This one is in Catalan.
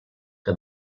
que